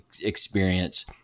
experience